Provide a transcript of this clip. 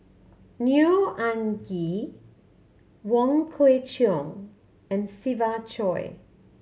Neo Anngee Wong Kwei Cheong and Siva Choy